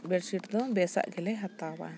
bedsheet ᱫᱚ ᱵᱮᱥᱟᱜ ᱜᱮᱞᱮ ᱦᱟᱛᱟᱣᱟ